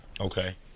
Okay